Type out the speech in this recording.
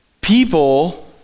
people